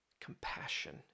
Compassion